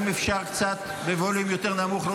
אם אפשר קצת בווליום יותר נמוך.